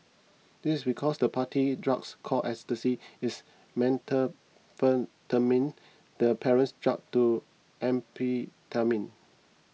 this is because the party drugs called Ecstasy is methamphetamine the parent drug to amphetamine